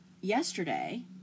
yesterday